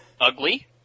Ugly